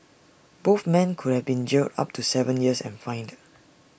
both men could have been jailed up to Seven years and fined